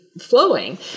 flowing